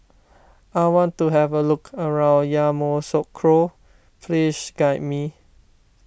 I want to have a look around Yamoussoukro please guide me